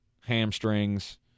hamstrings